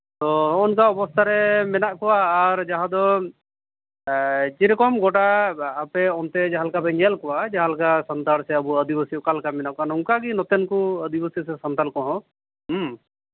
ᱟᱫᱚ ᱱᱚᱱᱠᱟᱠᱟ ᱚᱵᱚᱥᱛᱷᱟᱨᱮ ᱢᱮᱱᱟᱜ ᱠᱚᱣᱟ ᱟᱨ ᱡᱟᱦᱟᱸ ᱫᱚ ᱡᱮᱨᱚᱠᱚᱢ ᱜᱚᱰᱟ ᱟᱯᱮ ᱚᱱᱛᱮ ᱡᱟᱦᱟᱸ ᱞᱮᱠᱟᱯᱮ ᱧᱮᱞ ᱠᱚᱣᱟ ᱡᱟᱦᱟᱟᱸ ᱞᱮᱠᱟ ᱥᱟᱱᱛᱟᱲ ᱥᱮ ᱟᱵᱚ ᱟᱹᱫᱤᱵᱟᱹᱥᱤ ᱢᱮᱱᱟᱜ ᱠᱚᱣᱟ ᱱᱚᱝᱠᱟᱜᱮ ᱱᱚᱛᱮᱱ ᱠᱚ ᱟᱹᱫᱤᱵᱟᱹᱥᱤ ᱥᱮ ᱥᱟᱱᱛᱟᱲ ᱠᱚᱦᱚᱸ